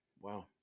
wow